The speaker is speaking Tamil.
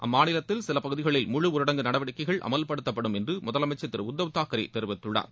அம்மாநிலத்தில் சில பகுதிகளில் முழு ஊரடங்கு நடவடிக்கைகள் அமல்படுத்தப்படும் என்று முதலமைச்சள் திரு உத்தவ் தாக்ரே தெரிவித்துள்ளார்